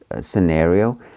scenario